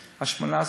ההשמנה,